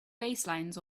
baselines